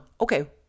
Okay